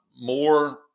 more